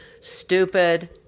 stupid